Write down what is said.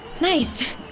Nice